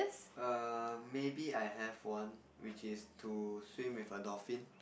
err maybe I have one which is to swim with a dolphin